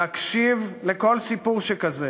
להקשיב לכל סיפור שכזה